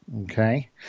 okay